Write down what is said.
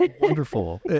wonderful